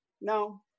no